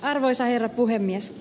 arvoisa herra puhemies